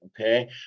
okay